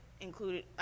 included